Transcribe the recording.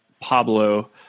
Pablo